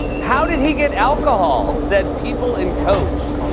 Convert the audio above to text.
how did he get alcohol, said people in coach.